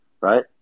right